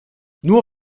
nur